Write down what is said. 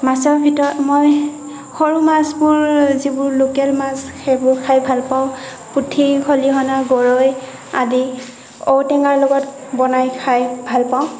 মাছৰ ভিতৰত মই সৰু মাছবোৰ যিবোৰ লোকেল মাছ সেইবোৰ খাই ভাল পাওঁ পুঠি খলিহনা গৰৈ আদি ঔটেঙাৰ লগত বনাই খায় ভাল পাওঁ